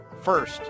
First